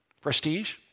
Prestige